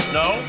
no